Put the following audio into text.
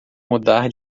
mudar